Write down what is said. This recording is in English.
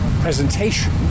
presentation